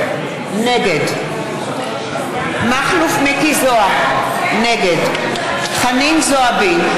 נגד מכלוף מיקי זוהר, נגד חנין זועבי,